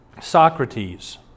Socrates